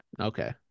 Okay